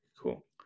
cool